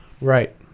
Right